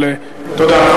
תודה.